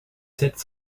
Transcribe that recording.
sept